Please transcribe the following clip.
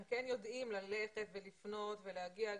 הם כן יודעים ללכת ולפנות ולהגיע,